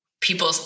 people